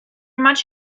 much